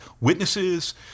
witnesses